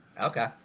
Okay